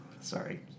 Sorry